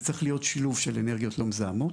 זה צריך להיות שילוב של אנרגיות לא מזהמות,